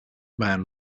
man